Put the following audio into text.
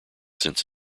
since